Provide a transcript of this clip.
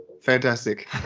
fantastic